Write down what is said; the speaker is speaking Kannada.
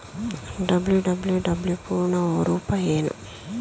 ಡಬ್ಲ್ಯೂ.ಡಬ್ಲ್ಯೂ.ಡಬ್ಲ್ಯೂ ಪೂರ್ಣ ರೂಪ ಏನು?